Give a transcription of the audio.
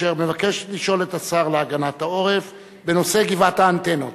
אשר מבקשת לשאול את השר להגנת העורף בנושא: גבעת האנטנות.